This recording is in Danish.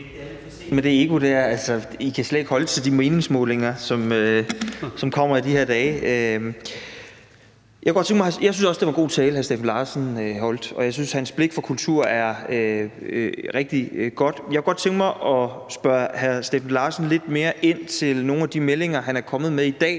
det ego der – I kan slet ikke holde til de meningsmålinger, som kommer i de her dage. Jeg synes også, det var en god tale, hr. Steffen Larsen holdt, og jeg synes, at hans blik for kultur er rigtig godt. Jeg kunne godt tænke mig at spørge hr. Steffen Larsen lidt mere ind til nogle af de meldinger, han er kommet med i dag